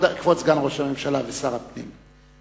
כבוד סגן ראש הממשלה ושר הפנים,